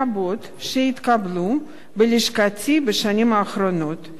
הגשתי את הצעת חוק הנוער (טיפול